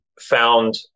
found